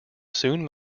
soon